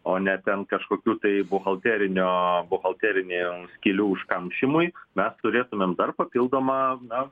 o ne ten kažkokių tai buhalterinio buhalterinių skylių užkamšymui mes turėtumėm dar papildomą na